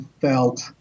felt